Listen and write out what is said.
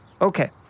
Okay